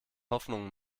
hoffnungen